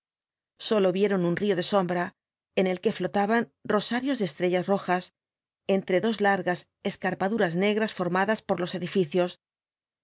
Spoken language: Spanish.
sólo vieron un río de sombra en el que flotaban rosarios de estrellas rojas entre dos largas escarpaduras negras formadas por los edificios